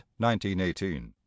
1918